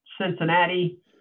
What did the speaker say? Cincinnati